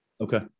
Okay